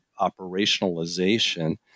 operationalization